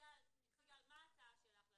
סיגל, מה ההצעה שלך לזה?